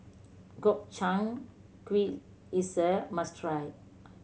Gobchang Gui is a must try